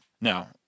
Now